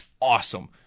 awesome